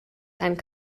and